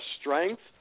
strength